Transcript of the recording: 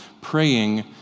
praying